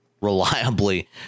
reliably